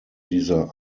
dieser